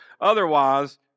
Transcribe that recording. Otherwise